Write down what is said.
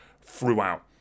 throughout